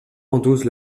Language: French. endosse